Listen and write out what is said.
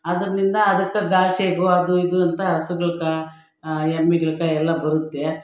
ಅದ್ರಿಂದ ಅದಕ್ಕೆ ಗಾಳ್ ಶೇಬು ಅದು ಇದು ಅಂತ ಹಸುಗಳ್ಗೆ ಎಮ್ಮಿಗಳ್ಗೆ ಎಲ್ಲಾ ಬರುತ್ತೆ